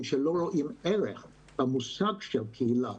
שלא רואים ערך למושג של קהילה.